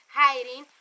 hiding